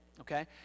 okay